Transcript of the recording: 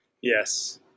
Yes